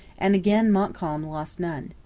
and again montcalm lost none.